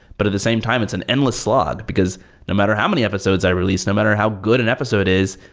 but at the same time, it's an endless slog, because no matter how many episodes i release, no matter how good an episode is,